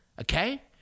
okay